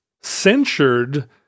censured